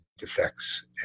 Defects